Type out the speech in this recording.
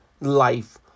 life